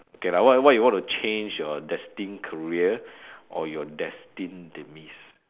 okay lah what what you want to change your destined career or your destined demise